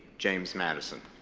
james madison.